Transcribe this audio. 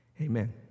Amen